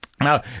Now